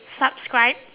subscribe